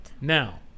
Now